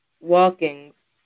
walkings